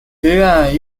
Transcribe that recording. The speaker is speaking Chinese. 学院